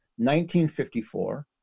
1954